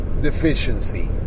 deficiency